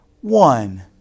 one